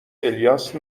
الیاس